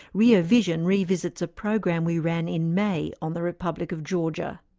rear vision revisits a program we ran in may on the republic of georgia.